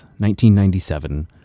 1997